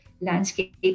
landscape